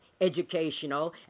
educational